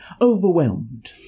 overwhelmed